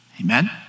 Amen